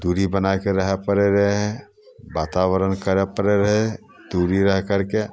दूरी बनाय कऽ रहय पड़ैत रहै वातावरण करय पड़ैत रहै दूरी रहि करि कऽ